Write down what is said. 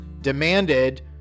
demanded